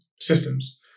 systems